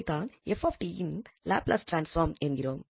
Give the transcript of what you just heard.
இதைத்தான் 𝑓𝑡இன் Laplace transform என்கிறோம்